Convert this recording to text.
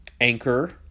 Anchor